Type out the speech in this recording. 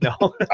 No